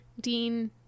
Dean